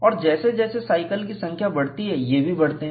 और जैसे जैसे साइकिल की संख्या बढ़ती है ये भी बढ़ते हैं